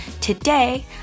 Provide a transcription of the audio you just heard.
Today